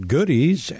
Goodies